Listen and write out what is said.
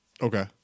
Okay